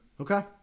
Okay